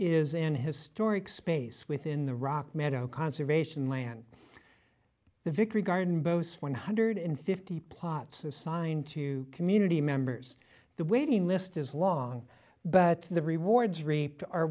is in historic space within the rock meadow conservation land the victory garden boasts one hundred fifty plots assigned to community members the waiting list is long but the rewards reaped are